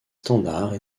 standards